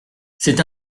c’est